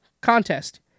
contest